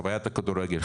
חווית הכדורגל,